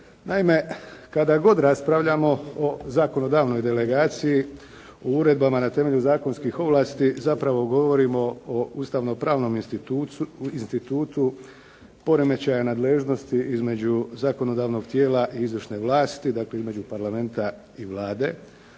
Naime, kada god raspravljamo o zakonodavnoj delegaciji u uredbama na temelju zakonskih ovlasti zapravo govorimo o ustavno-pravnom institutu, poremećaja nadležnosti između zakonodavnog tijela i izvršne vlasti, dakle između Parlamenta i Vlade,